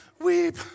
weep